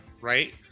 right